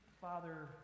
Father